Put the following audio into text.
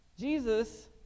Jesus